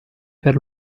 per